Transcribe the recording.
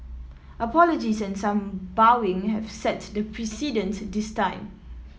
apologies and some bowing have set the precedent this time